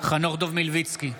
חנוך דב מלביצקי,